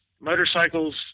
motorcycles